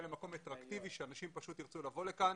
למקום אטרקטיבי שאנשים פשוט ירצו לבוא לכאן.